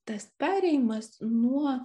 tas perėjimas nuo